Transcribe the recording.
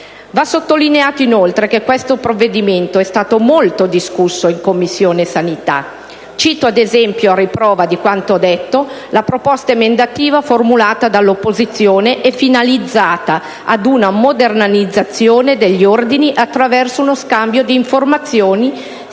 Va sottolineato inoltre che questo provvedimento è stato molto discusso in Commissione sanità. Cito ad esempio, a riprova di quanto detto, la proposta emendativa formulata dall'opposizione e finalizzata ad una modernizzazione degli ordini attraverso uno scambio di informazioni sia tra